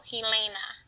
Helena